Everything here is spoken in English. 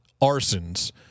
arsons